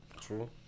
True